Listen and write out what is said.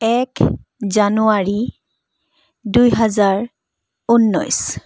এক জানুৱাৰী দুহেজাৰ ঊনৈছ